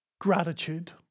gratitude